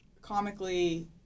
comically